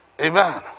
Amen